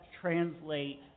translate